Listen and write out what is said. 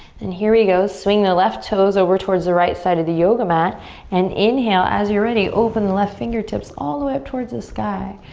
then here you go. swing the left toes over towards the right side of the yoga mat and inhale. as you're ready open the left fingertips all the way up towards the sky.